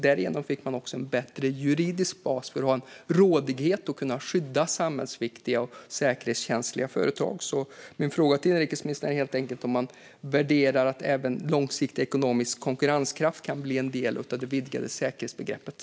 Därigenom fick man också en bättre juridisk bas för att ha en rådighet och kunna skydda samhällsviktiga och säkerhetskänsliga företag. Min fråga till inrikesministern är helt enkelt om man värderar att även långsiktig ekonomisk konkurrenskraft kan bli en del av det vidgade säkerhetsbegreppet.